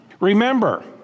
Remember